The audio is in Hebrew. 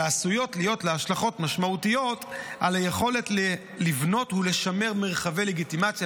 ועשויות להיות השלכות משמעותיות על היכולת לבנות ולשמר מרחבי לגיטימציה